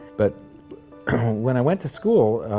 but when i went to school,